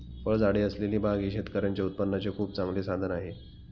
फळझाडे असलेली बाग ही शेतकऱ्यांच्या उत्पन्नाचे खूप चांगले साधन आहे